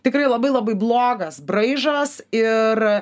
tikrai labai labai blogas braižas ir